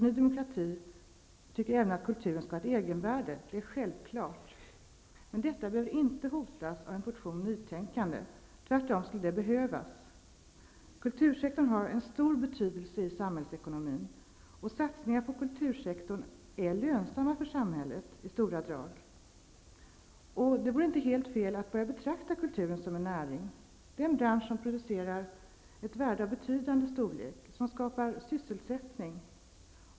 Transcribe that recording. Ny demokrati tycker att kulturen även skall ha ett egenvärde -- det är självklart. Detta behöver inte hotas av en portion nytänkande. Tvärtom skulle det behövas. Kultursektorn har en stor betydelse i samhällsekonomin, och satsningar på kultursektorn är i stora drag lönsamma för samhället. Det vore inte helt felaktigt att börja betrakta kulturen som en näring, en bransch som producerar ett värde av betydande storlek, som skapar sysselsättning.